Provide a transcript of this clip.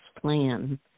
plan